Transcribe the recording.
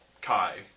Kai